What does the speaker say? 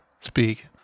speak